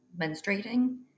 menstruating